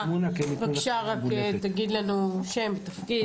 בבקשה רק תגיד לנו שם ותפקיד,